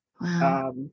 Wow